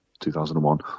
2001